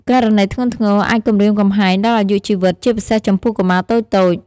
ករណីធ្ងន់ធ្ងរអាចគំរាមកំហែងដល់អាយុជីវិត ជាពិសេសចំពោះកុមារតូចៗ។